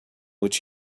which